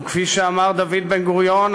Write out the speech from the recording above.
וכפי שאמר דוד בן-גוריון,